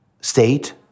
state